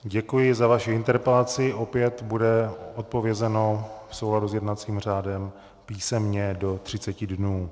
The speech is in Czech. Děkuji za vaši interpelaci, opět bude odpovězeno v souladu s jednacím řádem písemně do 30 dnů.